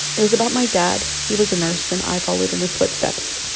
it was about my dad. he was a nurse, and i followed in his footsteps.